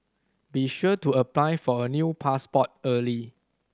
be sure to apply for a new passport early